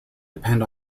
depend